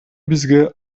бизге